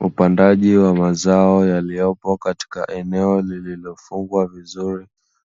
Upandaji wa mazao yaliyopo katika eneo lililofungwa vizuri